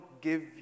give